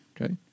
Okay